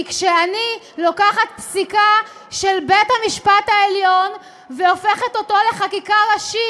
כי כשאני לוקחת פסיקה של בית-המשפט העליון והופכת אותה לחקיקה ראשית,